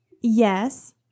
yes